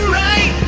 right